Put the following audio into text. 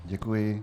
Děkuji.